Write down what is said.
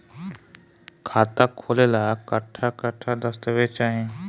खाता खोले ला कट्ठा कट्ठा दस्तावेज चाहीं?